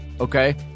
Okay